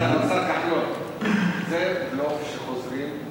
השר כחלון, זה לא שחוזרים,